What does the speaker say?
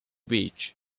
beach